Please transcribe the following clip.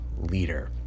leader